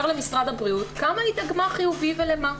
למשרד הבריאות כמה היא דגמה חיובי ולמה,